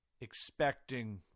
expecting